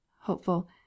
hopeful